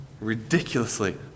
ridiculously